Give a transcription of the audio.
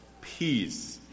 peace